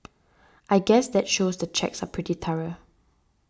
I guess that shows the checks are pretty thorough